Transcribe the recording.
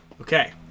okay